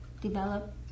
develop